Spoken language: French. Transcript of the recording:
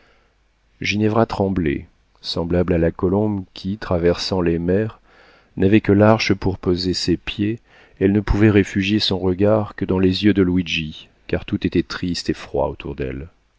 ginevra tremblait semblable à la colombe qui traversant les mers n'avait que l'arche pour poser ses pieds elle ne pouvait réfugier son regard que dans les yeux de luigi car tout était triste et froid autour d'elle